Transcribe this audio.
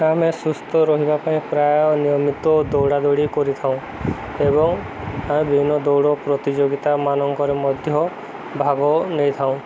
ଆମେ ସୁସ୍ଥ ରହିବା ପାଇଁ ପ୍ରାୟ ନିୟମିତ ଦୌଡ଼ାଦୌଡ଼ି କରିଥାଉ ଏବଂ ଆମେ ବିଭିନ୍ନ ଦୌଡ଼ ପ୍ରତିଯୋଗିତାମାନଙ୍କରେ ମଧ୍ୟ ଭାଗ ନେଇଥାଉ